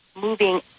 moving